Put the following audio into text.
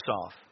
off